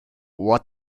what